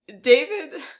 David